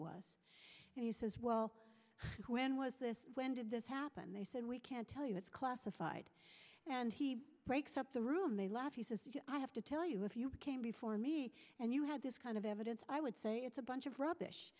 was and he says well when was this when did this happen they said we can't tell you it's classified and he breaks up the room they laugh he says i have to tell you if you came before me and you had this kind of evidence i would say it's a bunch of rubbish